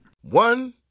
One